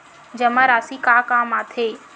जमा राशि का काम आथे?